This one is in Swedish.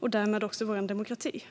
och därmed också vår demokrati.